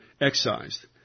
excised